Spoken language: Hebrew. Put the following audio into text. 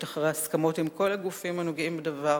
אחרי הסכמות עם כל הגופים הנוגעים בדבר